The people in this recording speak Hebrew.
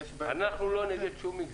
אנחנו לא נגד שום מגזר,